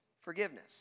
Forgiveness